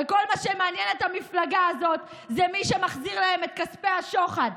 הרי כל מה שמעניין את המפלגה הזאת זה מי שמחזיר להם את כספי השוחד.